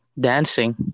dancing